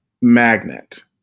Magnet